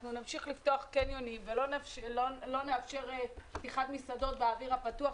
אנחנו נמשיך לפתוח קניונים ולא נאפשר פתיחת מסעדות באוויר הפתוח,